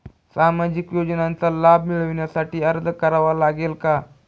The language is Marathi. सामाजिक योजनांचा लाभ मिळविण्यासाठी अर्ज करावा लागेल का?